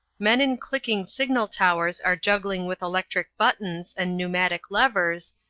men in clicking signal-towers are juggling with electric buttons and pneumatic levers,